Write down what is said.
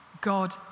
God